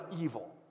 evil